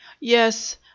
Yes